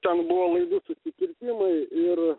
ten buvo laidų susikirtimai ir